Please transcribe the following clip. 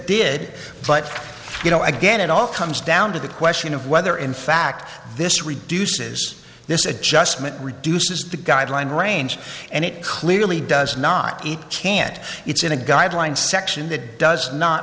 did but you know again it all comes down to the question of whether in fact this reduces this a joke dustman reduces the guideline range and it clearly does not eat can't it's in a guideline section that does not